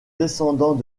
descendant